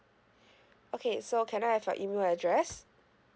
okay so can I have your email address